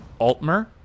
Altmer